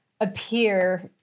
appear